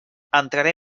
entraré